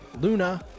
Luna